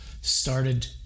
started